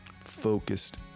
focused